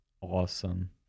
awesome